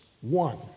one